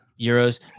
Euros